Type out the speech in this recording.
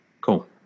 Cool